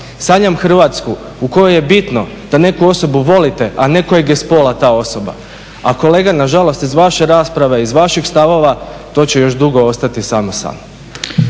Sanjam Hrvatsku u kojoj je bitno da neku osobu volite, a ne kojeg je spola ta osoba. A kolega nažalost iz vaše rasprave i iz vaših stavova to će još dugo ostati samo san.